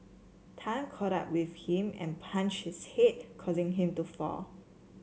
Tan caught up with him and punch his head causing him to fall